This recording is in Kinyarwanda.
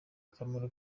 akamaro